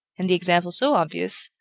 and the examples so obvious,